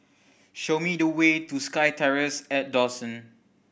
show me the way to SkyTerrace at Dawson